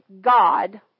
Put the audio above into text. God